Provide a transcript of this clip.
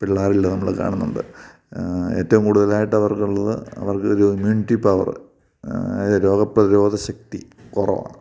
പിള്ളേരിൽ നമ്മൾ കാണുന്നുണ്ട് ഏറ്റവും കൂടുതലായിട്ട് അവർക്കുള്ളത് അവർക്കൊരു ഇമ്മ്യൂണിറ്റി പവർ രോഗപ്രതിരോധശക്തി കുറവാണ്